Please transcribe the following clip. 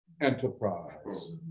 enterprise